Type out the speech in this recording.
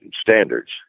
standards